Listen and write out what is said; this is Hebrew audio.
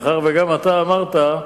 מאחר שגם אתה אמרת: